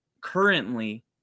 currently